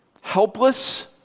Helpless